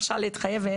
אי-אפשר להתחייב,